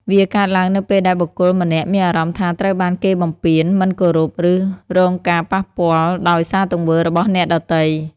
វាកើតឡើងនៅពេលដែលបុគ្គលម្នាក់មានអារម្មណ៍ថាត្រូវបានគេបំពាន មិនគោរព ឬរងការប៉ះពាល់ដោយសារទង្វើរបស់អ្នកដទៃ។